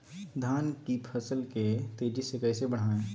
धान की फसल के तेजी से कैसे बढ़ाएं?